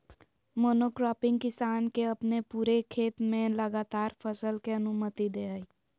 monocropping किसान के अपने पूरे खेत में लगातार फसल के अनुमति दे हइ